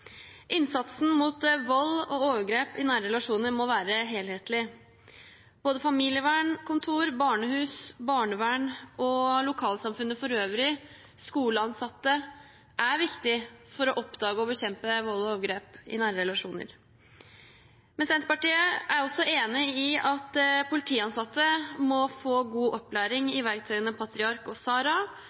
Innsatsen mot vold og overgrep i nære relasjoner må være helhetlig. Både familievernkontor, barnehus, barnevern og lokalsamfunnet for øvrig, og skoleansatte, er viktig for å oppdage og bekjempe vold og overgrep i nære relasjoner. Men Senterpartiet er også enig i at politiansatte må få god opplæring i verktøyene PATRIARK og SARA,